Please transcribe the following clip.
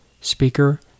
speaker